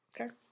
okay